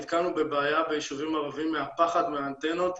בבעיה ביישובים הערביים מהפחד מהאנטנות.